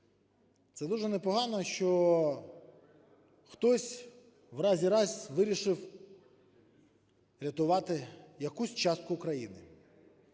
Це дуже непогано, що хтось, врешті-решт, вирішив рятувати якусь частку країни,